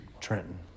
Trenton